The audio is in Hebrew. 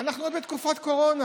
אנחנו בתקופת קורונה